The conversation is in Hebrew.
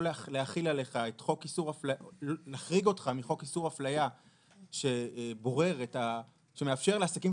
להחריג אותך מחוק איסור אפליה שמאפשר לעסקים